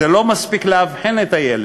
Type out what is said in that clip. לא מספיק לאבחן את הילד,